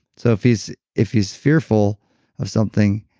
so if he's if he's fearful of something,